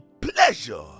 pleasure